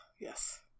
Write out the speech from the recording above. yes